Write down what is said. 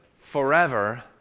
forever